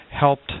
helped